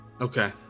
Okay